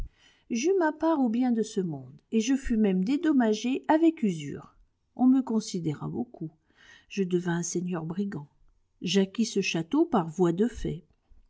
j'eus ma part aux biens de ce monde et je fus même dédommagé avec usure on me considéra beaucoup je devins seigneur brigand j'acquis ce château par voie de fait